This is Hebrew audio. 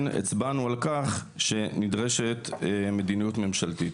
הצבענו על כך שנדרשת מדיניות ממשלתית.